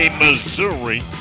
Missouri